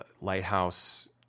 Lighthouse